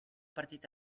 partit